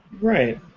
Right